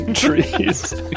trees